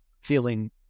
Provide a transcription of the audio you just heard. feeling